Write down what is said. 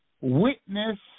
witness